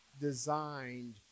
designed